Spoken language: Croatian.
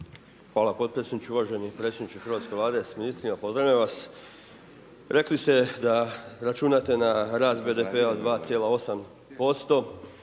Hvala potpredsjedniče. Uvaženi predsjedniče hrvatske Vlade s ministrima, pozdravljam vas. Rekli ste da računate na rast BDP-a od 2,8%